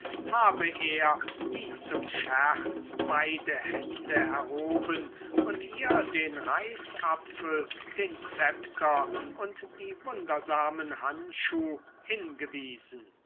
habe er wie zum scherz beide hände erhoben und ihr den reichsapfel den szepter und die wundersamen handschuh hingewiesen